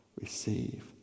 receive